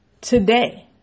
today